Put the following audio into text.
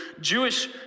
Jewish